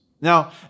Now